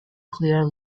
clear